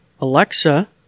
Alexa